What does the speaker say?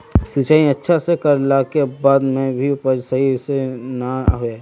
सिंचाई अच्छा से कर ला के बाद में भी उपज सही से ना होय?